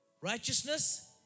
righteousness